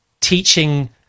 teaching